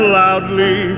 loudly